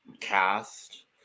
cast